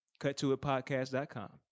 Cuttoitpodcast.com